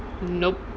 nop